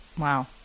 Wow